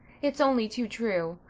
it's only too true.